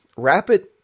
Rapid